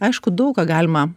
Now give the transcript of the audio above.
aišku daug ką galima